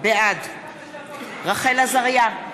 בעד רחל עזריה,